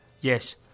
yes